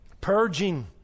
purging